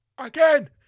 again